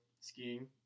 skiing